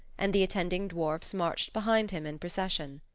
and the attending dwarfs marched behind him in procession.